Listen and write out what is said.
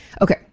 Okay